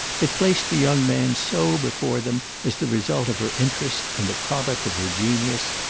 it placed the young man so before them as the result of her interest and the product of her genius,